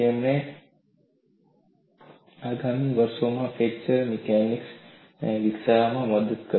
તેથી તે આગામી વર્ષોમાં ફ્રેક્ચર મિકેનિક્સ વિકસાવવામાં મદદ કરી